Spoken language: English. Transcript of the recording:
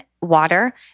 water